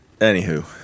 Anywho